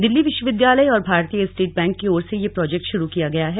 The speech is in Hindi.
दिल्ली विश्वविद्यालय और भारतीय स्टेट बैंक की ओर से ये प्रोजेक्ट शुरू किया गया है